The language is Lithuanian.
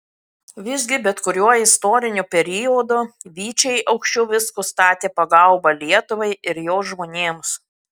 visgi bet kuriuo istoriniu periodu vyčiai aukščiau visko statė pagalbą lietuvai ir jos žmonėms